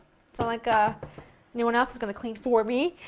so like ah anyone else is going to clean for me.